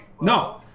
No